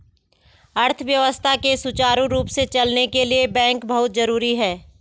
अर्थव्यवस्था के सुचारु रूप से चलने के लिए बैंक बहुत जरुरी हैं